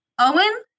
Owen